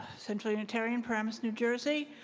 central unitarian, paramus, new jersey.